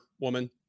woman